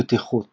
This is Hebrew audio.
בטיחות